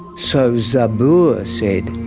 so zabur said,